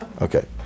Okay